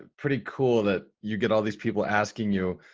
pretty cool that you get all these people asking you,